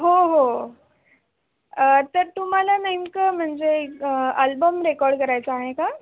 हो हो तर तुम्हाला नेमकं म्हणजे अल्बम रेकॉर्ड करायचा आहे का